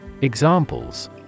Examples